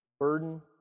burden